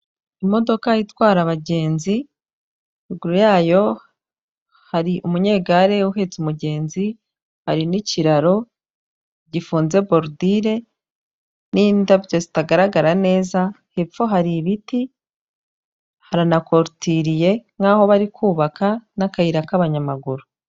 Imodoka itwara abagenzi ruguru yayo hari umunyegare uhetse umugenzi, hari n'ikiraro gifunze borudire n'indabyo zitagaragara neza, hepfo hari ibiti haranakorutiriye nk'aho bari kubaka n'akayira k'abanyamaguru.